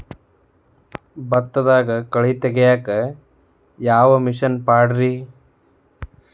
ಭತ್ತದಾಗ ಕಳೆ ತೆಗಿಯಾಕ ಯಾವ ಮಿಷನ್ ಪಾಡ್ರೇ?